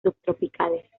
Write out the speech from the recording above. subtropicales